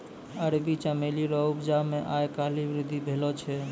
अरबी चमेली रो उपजा मे आय काल्हि वृद्धि भेलो छै